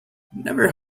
never